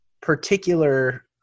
particular